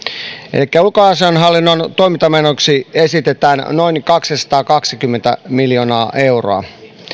ulkoasiainhallinnon toimintamenoiksi esitetään noin kaksisataakaksikymmentä miljoonaa euroa